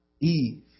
Eve